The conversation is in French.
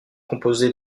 composé